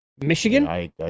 Michigan